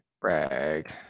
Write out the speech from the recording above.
brag